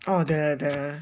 oh the the